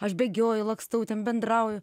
aš bėgioju lakstau ten bendrauju